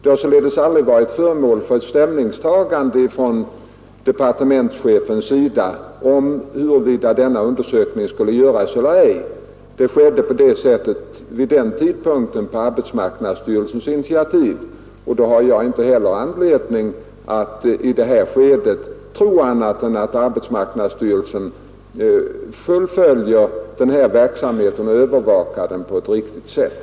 Frågan huruvida denna undersökning skulle göras eller ej har alltså inte varit föremål för något ställningstagande från departementschefens sida. Det var på arbetsmarknadsstyrelsens initiativ som undersökningen påbörjades, och jag har inte anledning att i det här skedet tro annat än att arbetsmarknadsstyrelsen fullföljer verksamheten och övervakar den på ett riktigt sätt.